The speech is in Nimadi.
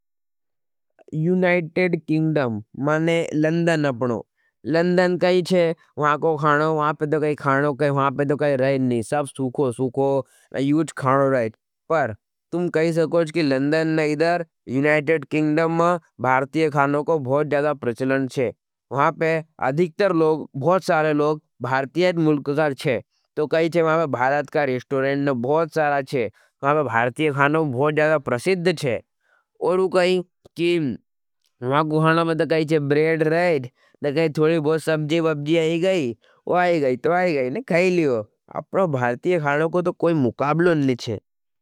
United Kingdom, यानी London अपनों, London कहीं छे। वहो का खानो, वाहो का रहनो, सूखा सूखा यूज़ खाना रहच। पर तुम कह स्कोच की यूनाइटेड किंगडम में भारतीय खानो का बहुत जायद प्रचलन छे। वाह पे अधिकतर लोग बहुत सारा लोग भारतीय छे। तो कई छे वहाँ पर भारत का रेस्टोरेंट बहुत सारा छे। भारतीय खानों बहुत ज़्यादा प्रसिद्ध छे, वहाँ गुहाना में चो ब्रेड ,ने थोड़ी बहुत सब्ज़ी वब्जी आयी गई तो आयी गई। अपनों भारतीय खानों को तो कोई मुक़ाबला कोई ना चो।